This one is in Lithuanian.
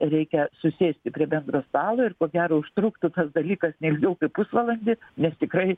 reikia susėsti prie bendro stalo ir ko gero užtruktu tas dalykas ne ilgiau kaip pusvalandį nes tikrai